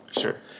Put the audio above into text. Sure